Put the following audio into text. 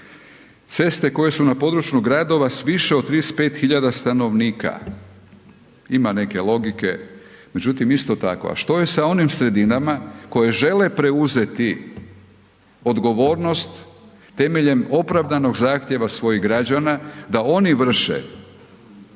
„Ceste koje su na području gradova s više od 35.000 stanovnika“, ima neke logike, međutim isto tako, a što je sa onim sredinama koje žele preuzeti odgovornost temeljem opravdanog zahtjeva svojih građana da oni vrše